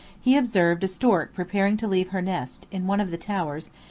he observed a stork preparing to leave her nest, in one of the towers,